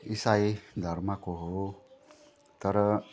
इसाई धर्मको हो तर